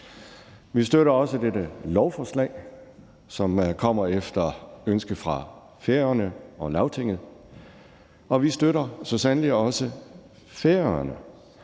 Vi støtter også dette lovforslag, som kommer efter ønske fra Færøerne og Lagtinget, og vi støtter så sandelig også Færøerne.